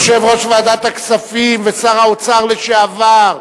יושב-ראש ועדת הכספים ושר האוצר לשעבר,